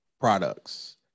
products